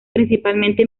principalmente